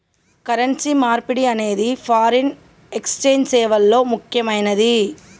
currency మార్పిడి అనేది foreign exchange సేవల్లో ముక్కెమైనది